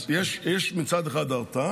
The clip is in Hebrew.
אז יש מצד אחד הרתעה,